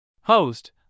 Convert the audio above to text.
Host